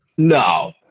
No